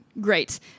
Great